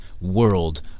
world